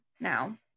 now